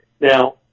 Now